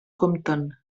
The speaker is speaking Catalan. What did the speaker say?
compten